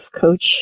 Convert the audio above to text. coach